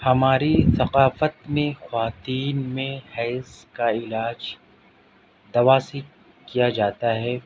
ہماری ثقافت میں خواتین میں حیض کا علاج دوا سے کیا جاتا ہے